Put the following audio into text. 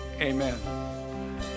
Amen